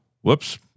whoops